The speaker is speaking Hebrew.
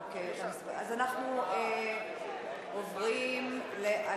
אוקיי, אז אנחנו עוברים להצבעה.